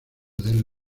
del